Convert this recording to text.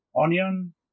onion